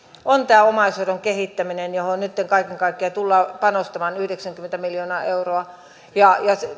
on tämä omaishoidon kehittäminen johon nytten kaiken kaikkiaan tullaan panostamaan yhdeksänkymmentä miljoonaa euroa ja